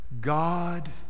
God